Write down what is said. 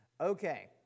Okay